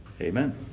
Amen